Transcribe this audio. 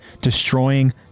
destroying